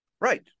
right